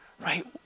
right